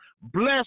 Bless